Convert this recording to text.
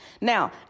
Now